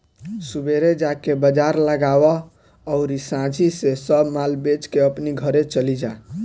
सुबेरे जाके बाजार लगावअ अउरी सांझी से सब माल बेच के अपनी घरे चली जा